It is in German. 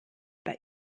bei